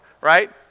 right